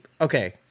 Okay